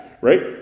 right